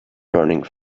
burning